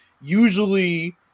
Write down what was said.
usually